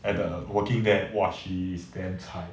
at the working there !wah! she is damn chai